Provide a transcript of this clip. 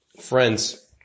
Friends